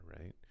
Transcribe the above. right